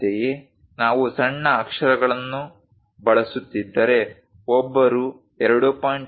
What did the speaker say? ಅಂತೆಯೇ ನಾವು ಸಣ್ಣ ಅಕ್ಷರಗಳನ್ನು ಬಳಸುತ್ತಿದ್ದರೆ ಒಬ್ಬರು 2